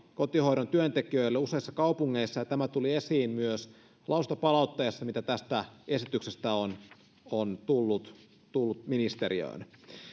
kotihoidon työntekijöille useissa kaupungeissa ja tämä tuli esiin myös lausuntopalautteessa mitä tästä esityksestä on on tullut tullut ministeriöön